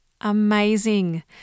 amazing